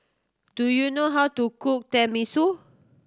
do you know how to cook Tenmusu